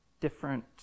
different